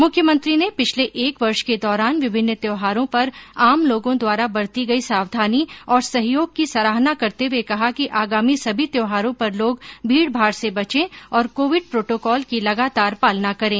मुख्यमंत्री ने पिछले एक वर्ष के दौरान विभिन्न त्यौहारों पर आम लोगों द्वारा बरती गई सावधानी और सहयोग की सराहना करते हुये कहा कि आगामी सभी त्यौहारों पर लोग भीड़भाड़ से बचें और कोविड प्रोटोकॉल की लगातार पालना करें